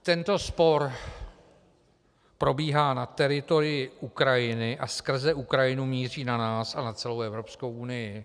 Tento spor probíhá na teritoriu Ukrajiny a skrze Ukrajinu míří na nás a na celou Evropskou unii.